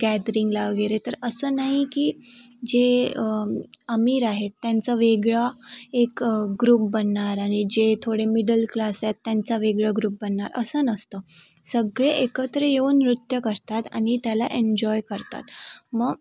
गॅदरिंगला वगैरे तर असं नाही की जे आमिर आहे त्यांचं वेगळा एक ग्रुप बनणार आणि जे थोडे मिडलक्लास आहेत त्यांचा वेगळा ग्रुप बनणार असं नसतं सगळे एकत्र येऊन नृत्य करतात आणि त्याला एन्जॉय करतात मग